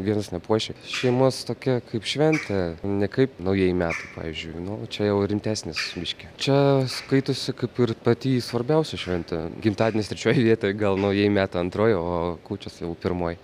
vienas nepuoši šeimos tokia kaip šventė ne kaip naujieji metai pavyzdžiui nu va čia jau rimtesnis biškį čia skaitosi kaip ir pati svarbiausia šventė gimtadienis trečioj vietoj gal naujieji metai antroj o kūčios jau pirmoj